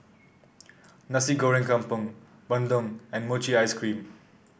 Nasi Goreng Kampung bandung and Mochi Ice Cream